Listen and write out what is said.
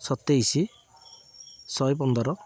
ସତେଇଶି ଶହେ ପନ୍ଦର